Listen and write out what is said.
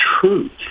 truth